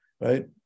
right